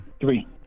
Three